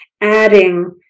adding